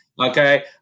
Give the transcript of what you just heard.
Okay